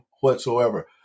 whatsoever